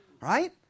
right